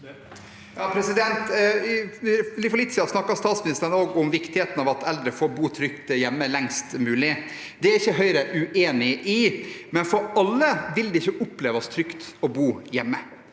For litt siden snakket statsministeren om viktigheten av at eldre får bo trygt hjemme lengst mulig. Det er ikke Høyre uenig i, men det vil ikke oppleves trygt å bo hjemme